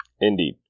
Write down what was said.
Indeed